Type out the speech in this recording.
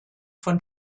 von